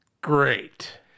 Great